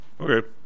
Okay